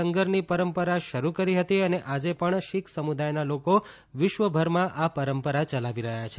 લંગરની પરંપરા શરૂ કરી હતી અને આજે પણ શીખ સમુદાયના લોકો વિશ્વભરમાં આ પરંપરા યલાવી રહ્યા છે